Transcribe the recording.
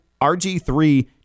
RG3